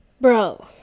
bro